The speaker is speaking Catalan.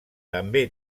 també